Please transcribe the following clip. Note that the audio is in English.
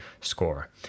score